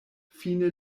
fine